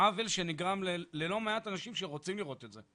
זה עוול שנגרם ללא מעט אנשים שרוצים לראות את זה.